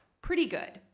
pretty good.